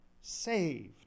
saved